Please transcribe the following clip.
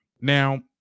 Now